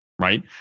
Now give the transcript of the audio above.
right